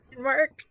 mark